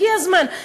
הגיע הזמן.